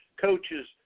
coaches